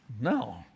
No